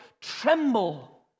tremble